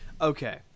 Okay